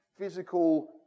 physical